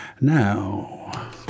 Now